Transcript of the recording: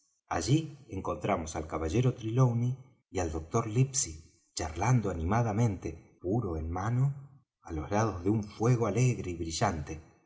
allí encontramos al caballero trelawney y al doctor livesey charlando animadamente puro en mano á los lados de un fuego alegre y brillante